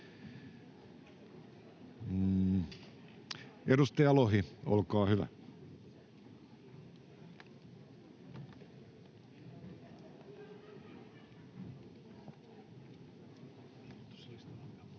Edustaja Lohi, olkaa hyvä. Arvoisa